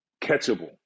catchable